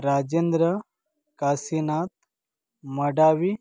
Rajendra Kasinath Madavi